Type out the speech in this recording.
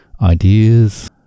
ideas